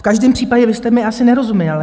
V každém případě, vy jste mi asi nerozuměl.